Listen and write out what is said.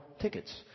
tickets